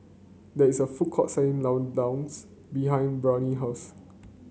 there is a food court selling Ladoos behind Brionna house